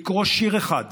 לקרוא שיר אחד